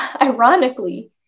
ironically